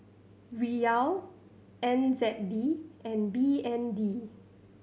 Riyal N Z D and B N D